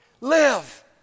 Live